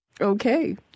Okay